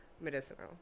medicinal